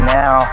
now